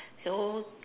so